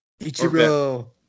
Ichiro